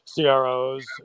CROs